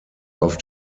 auf